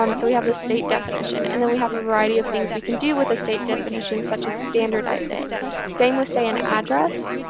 um so we have the state definition. and then we have a variety of things we can do with the state definition, such as standardize it same with, say, an address.